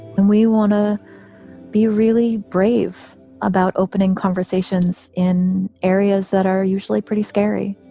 and we want to be really brave about opening conversations in areas that are usually pretty scary